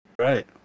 Right